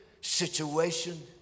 situation